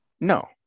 No